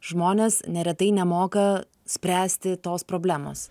žmonės neretai nemoka spręsti tos problemos